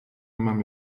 mam